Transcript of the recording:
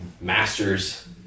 masters